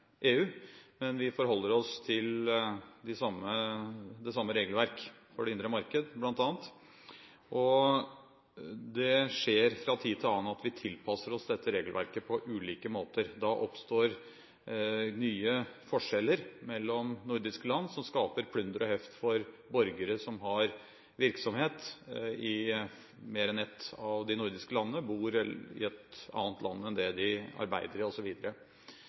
EU, men vi forholder oss til det samme regelverk for det indre marked bl.a., og det skjer fra tid til annen at vi tilpasser oss dette regelverket på ulike måter. Da oppstår det nye forskjeller mellom nordiske land som skaper plunder og heft for borgere som har virksomhet i mer enn ett av de nordiske landene, bor i et annet land enn det de arbeider i,